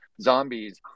zombies